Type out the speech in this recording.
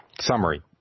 summary